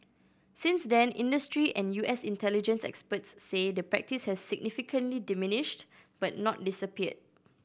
since then industry and U S intelligence experts say the practice has significantly diminished but not disappeared